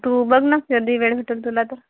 तू बघ ना कधी वेळ भेटेल तुला तर